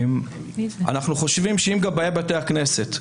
אנחנו חושבים שאם גבאי בתי הכנסת,